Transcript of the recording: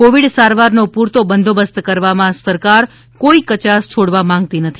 Covid સારવાર નો પૂરતો બંદોબસ્ત કરવા માં સરકાર કોઈ કચાશ છોડવા માંગતી નથી